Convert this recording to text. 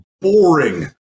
Boring